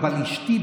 אבל אשתי,